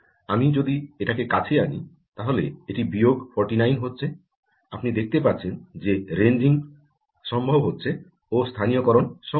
আমি যদি এটাকে কাছে আনি তাহলে এটি বিয়োগ 49 হচ্ছে আপনি দেখতে পাচ্ছেন যে রেঞ্জিং সম্ভব হচ্ছে ও স্থানীয় করণ সম্ভব হচ্ছে